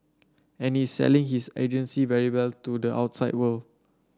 and he's selling his agency very well to the outside world